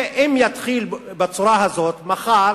אם יתחילו בצורה הזאת, מחר